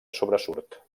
sobresurt